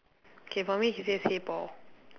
k for me he says hey paul